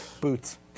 Boots